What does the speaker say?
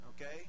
Okay